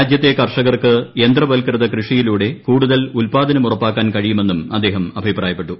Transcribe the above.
രാജ്യത്തെ കർഷകർക്ക് യന്ത്രവൽകൃത കൃഷിയിലൂടെ കൂടുതൽ ഉത്പാദനം ഉറപ്പാക്കാൻ കഴിയുമെന്നും അദ്ദേഹം അഭിപ്രായപ്പെട്ടു